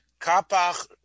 Kapach